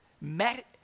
met